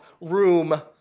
room